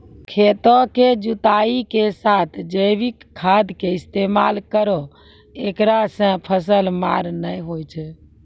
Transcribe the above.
खेतों के जुताई के साथ जैविक खाद के इस्तेमाल करहो ऐकरा से फसल मार नैय होय छै?